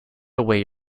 away